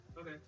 Okay